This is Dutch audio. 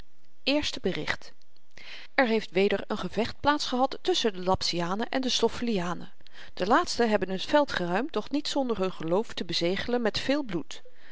eerste bericht er heeft weder n gevecht plaats gehad tusschen de lapsianen en de stoffelianen de laatsten hebben t veld geruimd doch niet zonder hun geloof te bezegelen met veel bloed